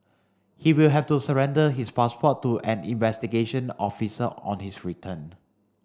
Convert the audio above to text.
he will have to surrender his passport to an investigation officer on his return